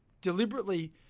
Deliberately